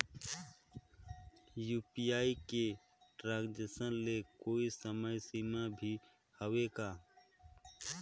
UPI के transaction ले कोई समय सीमा भी हवे का?